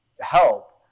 help